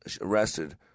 arrested